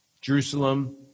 Jerusalem